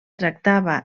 tractava